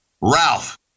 Ralph